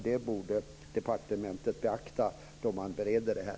Det borde departementet beakta då man bereder det här.